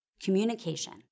Communication